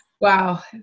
Wow